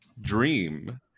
dream